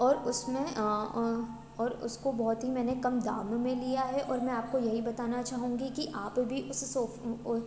और उस में और उसको बहुत ही मैंने कम दाम में लिया है और मैं आपको यही बताना चाहूँगी कि आप भी उस सोफ वो